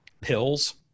pills